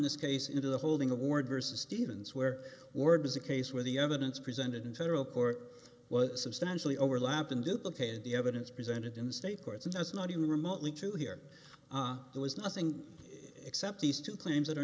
this case into the holding award versus stevens where words a case where the evidence presented in federal court was substantially overlapping duplicate the evidence presented in the state courts and that's not even remotely true here there was nothing except these two claims that are